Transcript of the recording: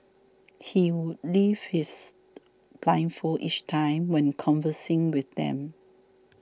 he would lift his blindfold each time when conversing with them